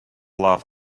love